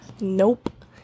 Nope